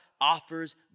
offers